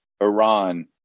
Iran